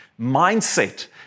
mindset